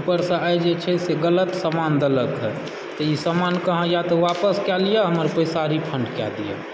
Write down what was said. ऊपरसँ आइ जे छै से गलत समान देलक हँ तऽ ई समानके अहाँ या तऽ आपस कए लिअ हमर पैसा रिफण्ड कए दिअ